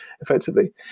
effectively